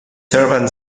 servant